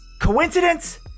Coincidence